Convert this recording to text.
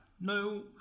no